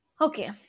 Okay